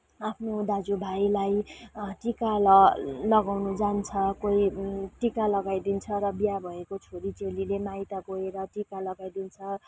आफ्नो दाजु भाइलाई टिका लगाउनु जान्छ कोही टिका लगाइदिन्छ र बिहा भएको छोरी चेलीले माइत गएर टिका लगाइदिन्छ